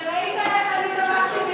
וראית איך אני תמכתי באישה?